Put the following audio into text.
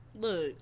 Look